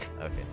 Okay